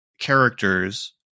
characters